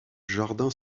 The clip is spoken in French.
jardin